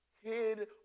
hid